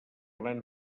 gran